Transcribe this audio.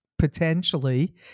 Potentially